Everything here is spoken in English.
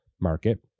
market